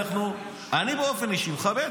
אני באופן אישי מכבד,